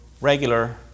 regular